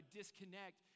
disconnect